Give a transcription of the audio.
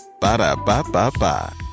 Ba-da-ba-ba-ba